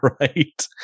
right